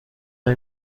بین